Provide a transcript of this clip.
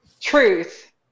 Truth